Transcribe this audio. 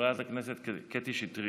חברת הכנסת קטי שטרית,